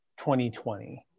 2020